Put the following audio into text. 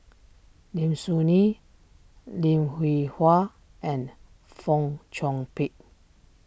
Lim Soo Ngee Lim Hwee Hua and Fong Chong Pik